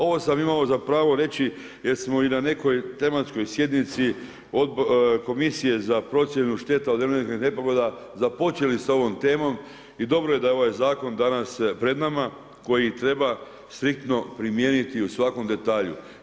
Ovo sam imao za pravo reći jer smo i na nekoj tematskoj sjednici Komisije za procjenu šteta od elementarnih nepogoda započeli sa ovom temom i dobro je da je ovaj zakon danas pred nama koji treba striktno primijeniti u svakom detalju.